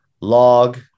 log